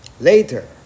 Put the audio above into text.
Later